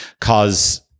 cause